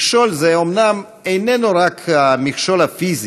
מכשול זה אומנם איננו רק מכשול פיזי,